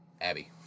Abby